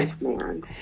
man